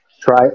try